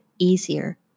easier